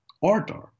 order